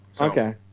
Okay